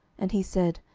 and he said,